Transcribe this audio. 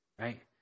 Right